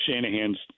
Shanahan's